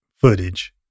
footage